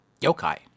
yokai